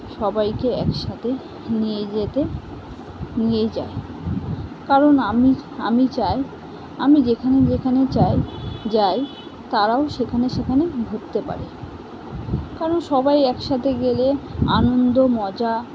সবাইকে একসাথে নিয়ে যেতে নিয়ে যাই কারণ আমি আমি চাই আমি যেখানে যেখানে চাই যাই তারাও সেখানে সেখানে ঢুকতে পারে কারণ সবাই একসাথে গেলে আনন্দ মজা